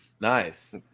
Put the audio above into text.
nice